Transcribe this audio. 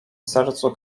sercu